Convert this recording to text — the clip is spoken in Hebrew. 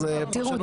תראו,